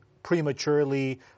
prematurely